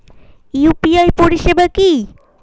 UPI পরিষেবা কি?